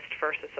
versus